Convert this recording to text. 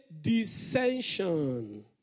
dissension